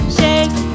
shake